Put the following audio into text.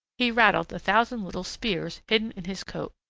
he rattled the thousand little spears hidden in his coat,